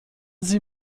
sie